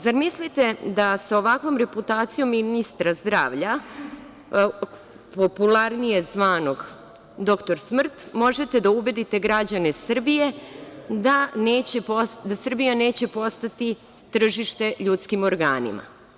Zar mislite da sa ovakvom reputacijom ministra zdravlja, popularnije zvanog doktor smrt, možete da ubedite građane Srbije, da Srbija neće postati tržište ljudskim organima?